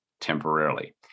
temporarily